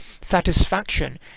satisfaction